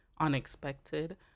unexpected